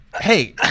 Hey